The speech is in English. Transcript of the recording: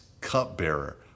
cupbearer